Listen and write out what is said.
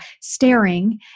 staring